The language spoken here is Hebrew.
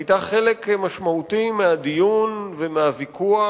והיתה חלק משמעותי מהדיון ומהוויכוח,